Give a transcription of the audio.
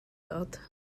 dod